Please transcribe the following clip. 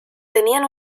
tenían